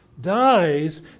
dies